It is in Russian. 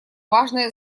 важное